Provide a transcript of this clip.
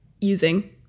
using